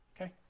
okay